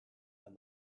and